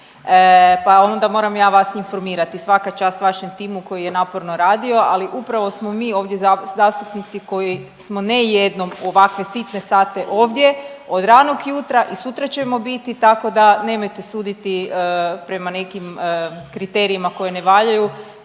pa onda moram ja vas informirati. Svaka čast vašem timu koji je naporno radio, ali upravo smo mi ovdje zastupnici koji smo ne jednom u ovakve sitne sate ovdje od ranog jutra i sutra ćemo biti, tako da nemojte suditi prema nekim kriterijima koji ne valjaju,